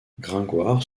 gringoire